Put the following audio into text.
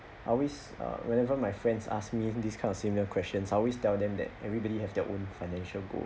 I always uh whenever my friends ask me this kind of similar questions I always tell them that everybody have their own financial goal